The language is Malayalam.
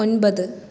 ഒൻപത്